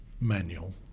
manual